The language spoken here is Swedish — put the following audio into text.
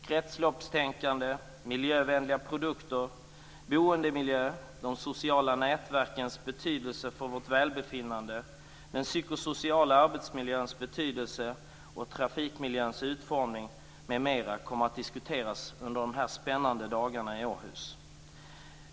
Kretsloppstänkande, miljövänliga produkter, boendemiljö, de sociala nätverkens betydelse för vårt välbefinnande, den psykosociala arbetsmiljöns betydelse, trafikmiljöns utformning m.m. kommer att diskuteras under dessa spännande dagar i Åhus.